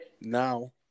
Now